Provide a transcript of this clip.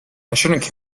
shouldn’t